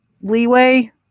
leeway